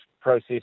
process